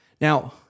Now